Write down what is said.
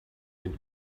den